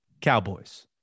Cowboys